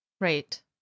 Right